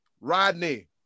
Rodney